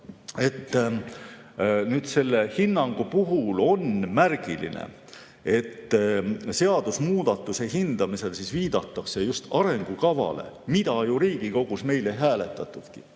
et selle hinnangu puhul on märgiline, et seadusmuudatuse hindamisel viidatakse just arengukavale, mida Riigikogus meil ei hääletatudki,